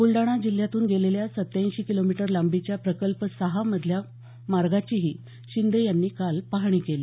बुलडाणा जिल्ह्यातून गेलेल्या सत्त्याऐंशी किलोमीटर लांबीच्या प्रकल्प सहा मधल्या मार्गाचीही शिंदे यांनी काल पाहणी केली